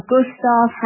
Gustav